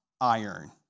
iron